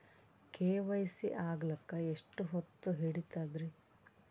KYC ಆಗಲಕ್ಕ ಎಷ್ಟ ಹೊತ್ತ ಹಿಡತದ್ರಿ?